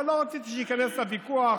אבל לא רציתי שייכנס הוויכוח,